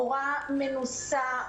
מורה מנוסה,